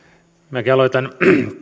minäkin aloitan